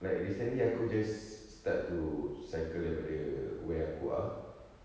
like recently aku just started cycle daripada where aku ah